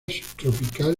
subtropical